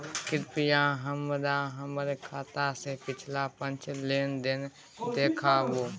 कृपया हमरा हमर खाता से पिछला पांच लेन देन देखाबु